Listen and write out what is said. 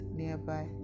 nearby